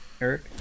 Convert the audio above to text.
Eric